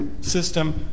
system